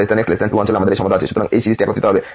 সুতরাং 0 x 2 অঞ্চলে আমাদের এই সমতা আছে